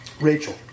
Rachel